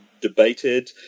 debated